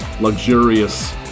luxurious